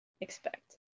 expect